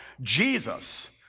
Jesus